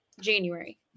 January